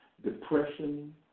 depression